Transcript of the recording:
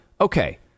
Okay